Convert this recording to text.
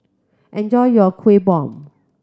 enjoy your Kueh Bom